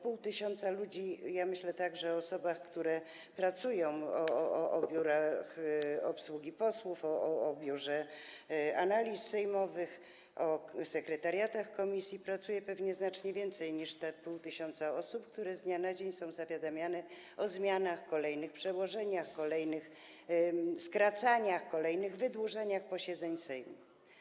Pół tysiąca ludzi - ja myślę także o osobach, które tu pracują, o Biurze Obsługi Posłów, o Biurze Analiz Sejmowych, o sekretariatach komisji; pracuje tam pewnie znacznie więcej niż pół tysiąca osób - z dnia na dzień jest zawiadamianych o zmianach, kolejnych przełożeniach, kolejnych skracaniach, kolejnych wydłużeniach posiedzeń Sejmu.